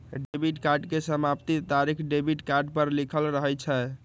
debit card के समाप्ति तारिख डेबिट कार्ड पर लिखल रहइ छै